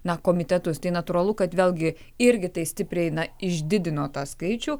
na komitetus tai natūralu kad vėlgi irgi tai stipriai na išdidino tą skaičių